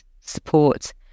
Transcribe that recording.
support